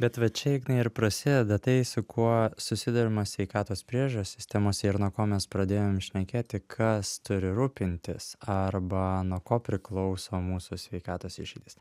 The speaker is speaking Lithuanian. bet va čia ignai ir prasideda tai su kuo susiduriama sveikatos priežiūros sistemose ir nuo ko mes pradėjom šnekėti kas turi rūpintis arba nuo ko priklauso mūsų sveikatos išeitys